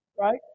Right